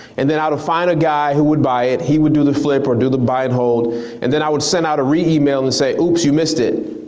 and then i'd find a guy who would buy it, he would do the flip or do the buy and hold and then i would send out a re-email and say, oops you missed it.